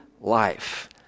life